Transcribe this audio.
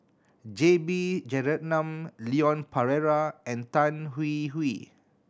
J B Jeyaretnam Leon Perera and Tan Hwee Hwee